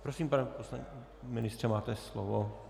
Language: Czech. Prosím, pane ministře, máte slovo.